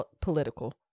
political